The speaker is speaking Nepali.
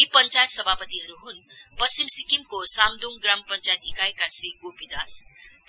यी पंचायत सभापतिहरु हुन पश्चिम सिक्किमको साम्दुङ ग्राम पंचायत ईकाईका श्री गोपी दास